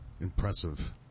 impressive